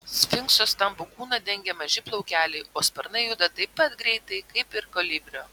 sfinkso stambų kūną dengia maži plaukeliai o sparnai juda taip pat greitai kaip ir kolibrio